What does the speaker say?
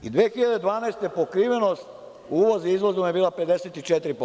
Godine 2012. pokrivenost uvozom-izvozom je bila 54%